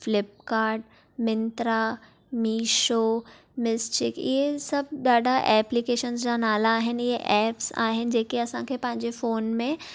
फिल्पकार्ट मिंत्रा मीशो मिसचिक इहे सभु ॾाढा एप्लीकेशनस जा नाला आहिनि इहे एप्स आहिनि जेके असां खे पंहिंजे फ़ोन में